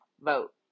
vote